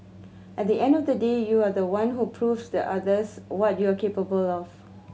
at the end of the day you are the one who proves to others what you are capable of